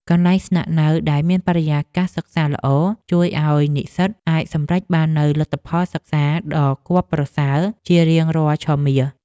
កន្លែងស្នាក់នៅដែលមានបរិយាកាសសិក្សាល្អជួយឱ្យនិស្សិតអាចសម្រេចបាននូវលទ្ធផលសិក្សាដ៏គាប់ប្រសើរជារៀងរាល់ឆមាស។